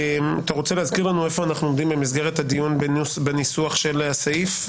אתה רוצה להזכיר לנו איפה אנחנו עומדים במסגרת הדיון בניסוח של הסעיף?